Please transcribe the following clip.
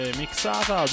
mixata